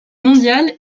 mondial